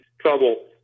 trouble